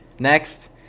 Next